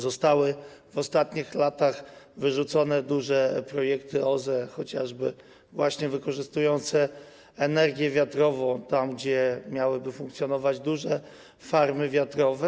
Zostały w ostatnich latach wyrzucone duże projekty OZE, chociażby wykorzystujące energię wiatrową, miały funkcjonować duże farmy wiatrowe.